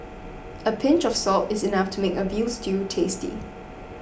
a pinch of salt is enough to make a Veal Stew tasty